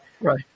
Right